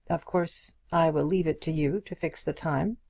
of course, i will leave it to you to fix the time.